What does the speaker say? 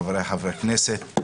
חבריי חברי הכנסת,